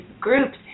groups